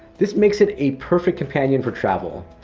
this makes it a perfect companion for travel.